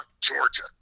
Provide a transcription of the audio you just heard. Georgia